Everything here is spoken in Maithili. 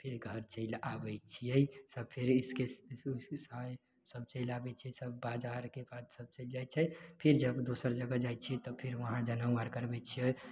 फेर घर चलि आबय छियै तब फेर सब चलि आबय छियै तऽ सब बाजारके काजसँ चलि जाइ छै फिर जब दोसर जगह जाइ छियै तऽ फेर वहाँ जनउ आर करबय छियै